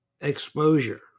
exposure